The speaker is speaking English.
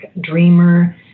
Dreamer